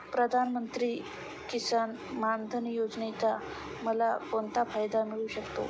प्रधानमंत्री किसान मान धन योजनेचा मला कोणता फायदा मिळू शकतो?